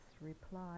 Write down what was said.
reply